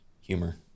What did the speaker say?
humor